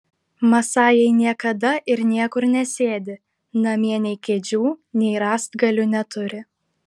masajai niekada ir niekur nesėdi namie nei kėdžių nei rąstgalių neturi